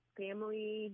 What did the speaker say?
family